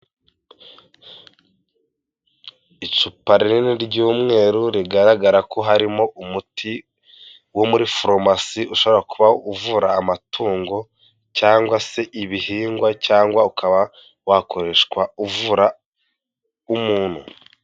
Icupa rinini ry'umweru, rigaragara ko harimo umuti wo muri foromasi ushobora kuba uvura amatungo cyangwa se ibihingwa cyangwa ukaba wakoreshwa uvura umuntu.